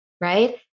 right